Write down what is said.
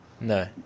no